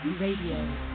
Radio